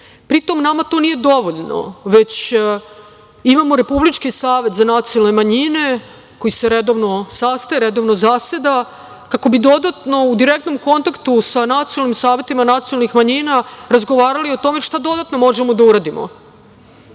Evropi. Nama to nije dovoljno, već imamo Republički savet za nacionalne manjine koji se redovno sastaje, redovno zaseda kako bi dodatno u direktnom kontaktu sa nacionalnim saveta i nacionalnih manjina razgovarali o tome šta dodatno možemo da uradimo. Ako